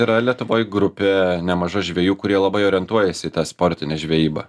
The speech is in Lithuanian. yra lietuvoj grupė nemaža žvejų kurie labai orientuojasi į tą sportinę žvejybą